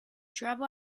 travel